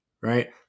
right